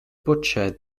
butcher